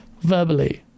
Verbally